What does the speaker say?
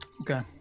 Okay